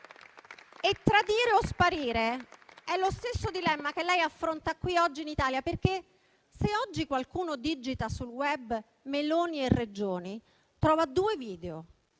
Tradire o sparire è lo stesso dilemma che lei affronta qui oggi in Italia, perché, se oggi qualcuno digita sul *web* «Meloni e Regioni» trova due video.